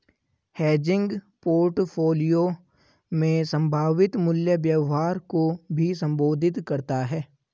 hedging portfolio में संभावित मूल्य व्यवहार को भी संबोधित करता हैं